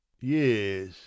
Yes